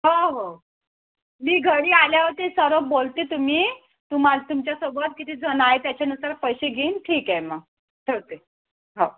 हो हो मी घरी आल्यावरती सर्व बोलते तुम्ही तुम्हा तुमच्यासोबत किती जण आहे त्याच्यानुसार पैसे घेईन ठीक आहे मग ठेवते हो